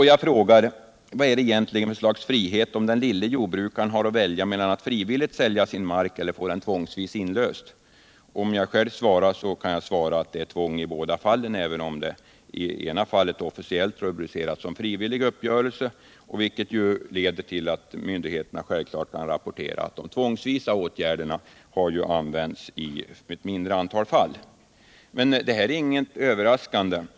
Jag frågar: Vad är det egentligen för slags frihet, om den lille jordbrukaren har att välja mellan att frivilligt sälja sin mark eller få den tvångsvis inlöst? Om jag svarar själv så säger jag att det är tvång i båda fallen, även om det i ena Men det här är inget överraskande.